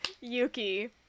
Yuki